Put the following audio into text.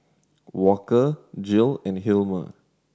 Walker Jill and Hilmer